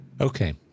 Okay